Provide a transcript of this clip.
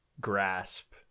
grasp